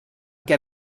què